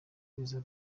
iza